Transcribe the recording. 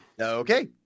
Okay